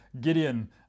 Gideon